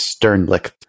Sternlicht